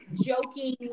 joking